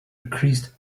increased